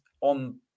on